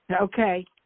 Okay